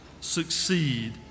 succeed